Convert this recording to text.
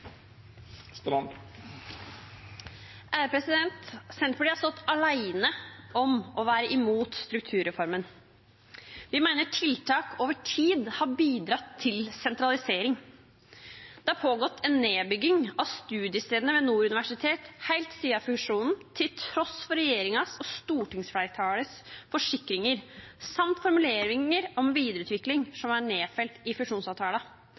Senterpartiet har stått alene om å være imot strukturreformen. Vi mener tiltak over tid har bidratt til sentralisering. Det har pågått en nedbygging av studiestedene ved Nord universitet helt siden fusjonen, til tross for regjeringens og stortingsflertallets forsikringer samt formuleringer om videreutvikling som er nedfelt i fusjonsavtalen.